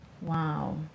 Wow